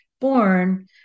born